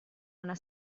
una